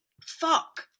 Fuck